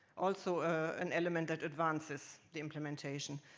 also an element that advances the implementation.